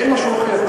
אין משהו אחר.